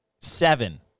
Seven